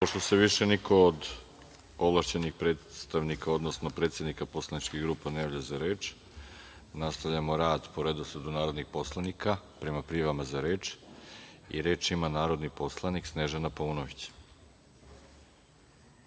se više niko od ovlašćenih predstavnika, odnosno predsednika poslaničkih grupa ne javlja za reč, nastavljamo rad po redosledu narodnih poslanika prema prijavama za reč. Reč ima narodni poslanik Snežana Paunović.